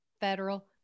federal